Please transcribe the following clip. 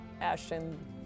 Ashton